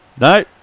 No